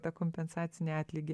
tą kompensacinį atlygį